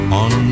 on